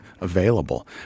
available